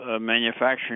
manufacturing